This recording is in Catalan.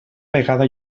vegada